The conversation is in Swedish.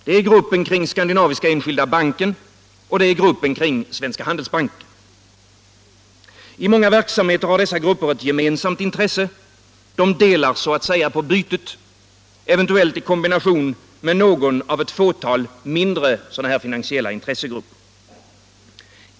Det är gruppen kring Skandinaviska Enskilda Banken och det är gruppen kring Svenska Handelsbanken. Inom många verksamheter har dessa grupper ett gemensamt intresse, de delar så att säga på bytet, eventuellt i kombination med någon av ett fåtal mindre sådana finansiella intressegrupper.